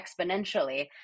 exponentially